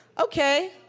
Okay